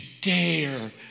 dare